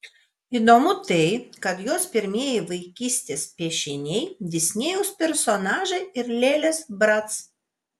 įdomu tai kad jos pirmieji vaikystės piešiniai disnėjaus personažai ir lėlės brac